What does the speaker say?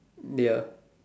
ya